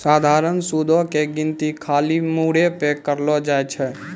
सधारण सूदो के गिनती खाली मूरे पे करलो जाय छै